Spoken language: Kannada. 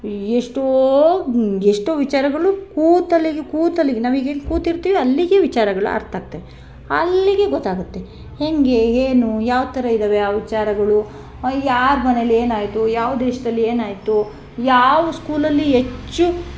ಎಷ್ಟೋ ಎಷ್ಟೋ ವಿಚಾರಗಳು ಕೂತಲ್ಲಿಗೆ ಕೂತಲ್ಲಿಗೆ ನಾವೀಗ ಇಲ್ಲಿ ಕೂತಿರ್ತೀವಿ ಅಲ್ಲಿಗೆ ವಿಚಾರಗಳು ಅರ್ಥ ಆಗ್ತವೆ ಅಲ್ಲಿಗೆ ಗೊತ್ತಾಗುತ್ತೆ ಹೆಂಗೆ ಏನು ಯಾವ ಥರ ಇದ್ದಾವೆ ಆ ವಿಚಾರಗಳು ಯಾರ ಮನೇಲಿ ಏನಾಯಿತು ಯಾವ ದೇಶದಲ್ಲಿ ಏನಾಯಿತು ಯಾವ ಸ್ಕೂಲಲ್ಲಿ ಹೆಚ್ಚು